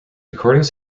recordings